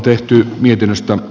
arvoisa puhemies